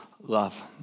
love